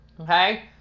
Okay